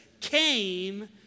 came